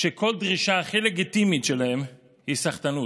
שכל דרישה הכי לגיטימית שלהם היא סחטנות,